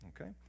Okay